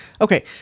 Okay